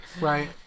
Right